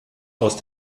aus